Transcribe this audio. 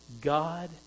God